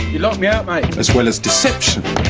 you know um yeah as well as deception,